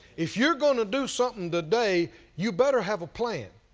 if you're going to do something today, you better have a plan,